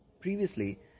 Previously